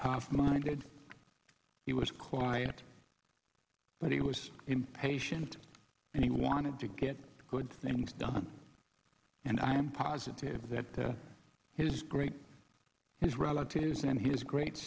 tough minded he was quiet but he was impatient and he wanted to get good things done and i am positive that to his great his relatives and his great